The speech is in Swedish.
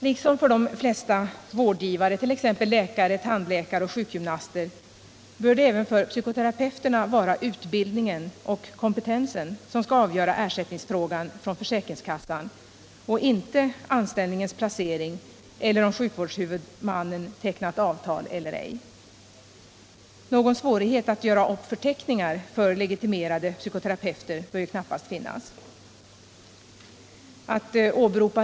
Liksom för de flesta andra vårdgivare — t.ex. läkare, tandläkare och sjukgymnaster — bör det för psykoterapeuter vara utbildningen och kompetensen som avgör frågan om ersättning från försäkringskassan — inte anställningens placering eller om sjukvårdshuvudmannen tecknat avtal eller ej. Någon svårighet att göra upp förteckningar över legitimerade psykoterapeuter bör knappast finnas.